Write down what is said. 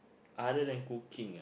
other than cooking ah